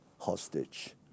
hostage